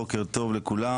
בוקר טוב לכולם.